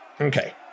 okay